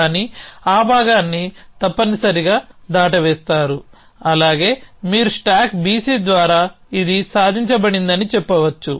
కానీ ఆ భాగాన్ని తప్పనిసరిగా దాటవేస్తారు అలాగే మీరు స్టాక్ BC ద్వారా ఇది సాధించబడిందని చెప్పవచ్చు